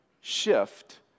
shift